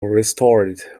restored